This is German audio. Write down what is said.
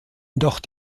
doch